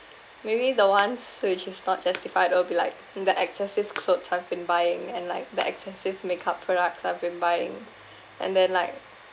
maybe the ones which is not justified will be like the excessive clothes I've been buying and like the expensive makeup products I've been buying and then like